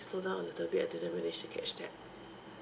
slow down a little bit I didn't manage to catch that